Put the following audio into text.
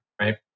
right